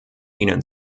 ihnen